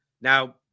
Now